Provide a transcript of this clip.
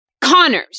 Connors